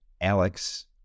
Alex